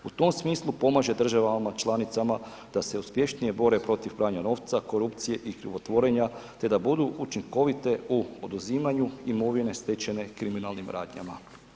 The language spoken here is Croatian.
U tom smislu pomaže državama članicama da se uspješnije bore protiv pranja novca, korupcije i krivotvorenja te da budu učinkovite u oduzimanju imovine stečene kriminalnim radnjama.